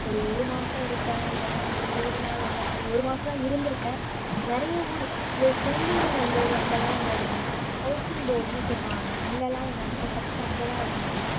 ஒரு ஒரு மாதம் இருப்பேன் இல்லைன்னா ஒரு இருபது நாள் அந்த மாதிரி ஒரு மாசமெலாம் இருந்திருக்கேன் நிறைய ஊரு இந்த சோழிங்கநல்லூர் அங்கெல்லாம் அந்த ஹவுசிங் போர்டுன்னு சொல்வாங்க அங்கெல்லாம் எங்கள் அத்தை ஃபஸ்ட்டு அங்கே தான் இருந்தாங்க